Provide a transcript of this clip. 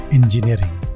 Engineering